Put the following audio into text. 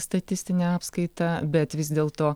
statistinę apskaitą bet vis dėlto